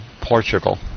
Portugal